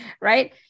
right